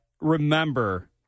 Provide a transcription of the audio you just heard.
remember